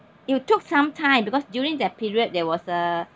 it took some time because during that period there was a